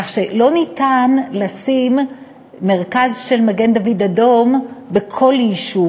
כך שלא ניתן לשים מרכז של מגן-דוד-אדום בכל יישוב.